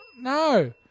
No